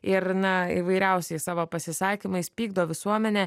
ir na įvairiausiais savo pasisakymais pykdo visuomenę